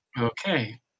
Okay